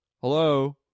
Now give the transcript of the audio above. Hello